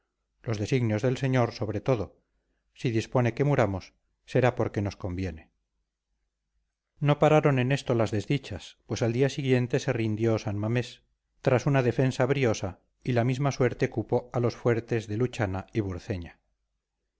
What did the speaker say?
los designios del señor sobre todo si dispone que muramos será porque nos conviene no pararon en esto las desdichas pues al día siguiente se rindió san mamés tras una defensa briosa y la misma suerte cupo a los fuertes de luchana y